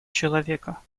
человека